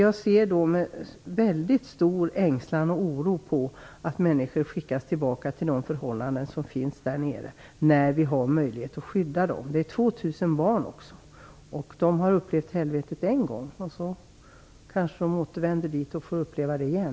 Jag ser med mycket stor ängslan och oro på att människor skickas tillbaka till de förhållanden som råder där nere, när vi har möjlighet att skydda dem. Det gäller 2 000 barn också. De har upplevt helvetet en gång och så kanske de återvänder och får uppleva det igen.